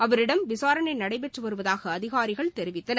அவரிடம் விசாரணை நடைபெற்று வருவதாக அதிகாரிகள் தெரிவித்தனர்